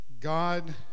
God